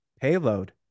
Payload